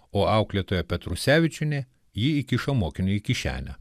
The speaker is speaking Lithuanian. o auklėtoja petrusevičienė jį įkišo mokiniui į kišenę